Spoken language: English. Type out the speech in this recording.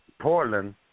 Portland